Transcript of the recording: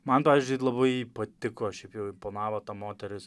man pavyzdžiui labai patiko šiaip jau imponavo ta moteris